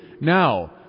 Now